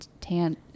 Tan